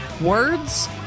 Words